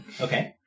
Okay